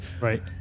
Right